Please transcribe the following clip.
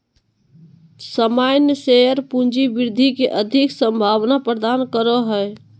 सामान्य शेयर पूँजी वृद्धि के अधिक संभावना प्रदान करो हय